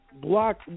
block